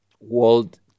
world